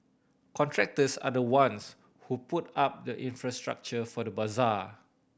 contractors are the ones who put up the infrastructure for the bazaar